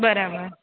બરાબર